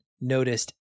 noticed